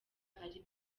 ari